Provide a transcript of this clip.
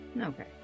Okay